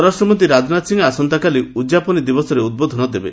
ସ୍ୱରାଷ୍ଟ୍ରମନ୍ତ୍ରୀ ରାଜନାଥ ସିଂ ଆସନ୍ତାକାଲି ଉଦ୍ଯାପନୀ ଦିବସରେ ଉଦ୍ବୋଧନ ଦେବେ